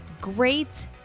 great